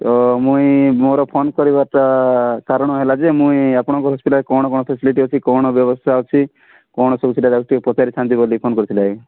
ତ ମୁଁ ମୋର ଫୋନ୍ କରିବାଟା କାରଣ ହେଲା ଯେ ମୁଁ ଆପଣଙ୍କ ହସ୍ପିଟାଲ୍ କ'ଣ କ'ଣ ଫେସିଲିଟି ଅଛି କ'ଣ ବ୍ୟବସ୍ଥା ଅଛି କ'ଣ ସବୁ ସେଇଟା ଯାଉଛି ଟିକେ ପଚାରିଥାନ୍ତି ବୋଲି ଫୋନ୍ କରିଥିଲି ଆଜ୍ଞା